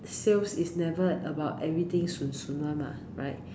sales is never about everything 顺顺【one】mah right